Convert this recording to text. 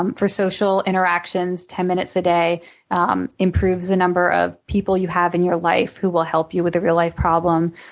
um for social interactions, ten minutes a day um improves the number of people you have in your life who will help you with a real life problem.